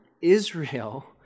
Israel